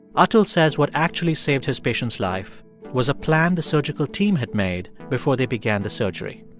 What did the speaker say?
atul says what actually saved his patient's life was a plan the surgical team had made before they began the surgery.